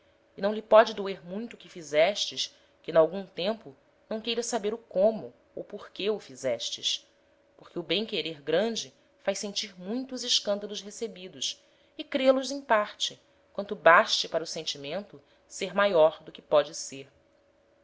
e não lhe póde doer muito o que fizestes que n'algum tempo não queira saber o como ou porque o fizestes porque o bem querer grande faz sentir muito os escandalos recebidos e crê los em parte quanto baste para o sentimento ser maior do que póde ser